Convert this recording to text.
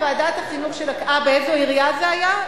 זה היה בוועדת החינוך, אה, באיזו עירייה זה היה?